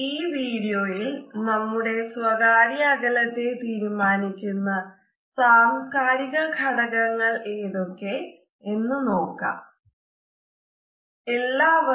ഈ വീഡിയോയിൽ നമ്മുടെ സ്വകാര്യ അകലത്തെ തീരുമാനിക്കുന്ന സാംസ്കാരിക ഘടകങ്ങൾ ഏതൊക്കെ എന്ന് നോക്കാo